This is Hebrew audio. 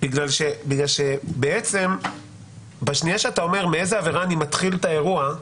בגלל שבעצם בשנייה שאתה אומר מאיזו עבירה אני מתחיל את האירוע,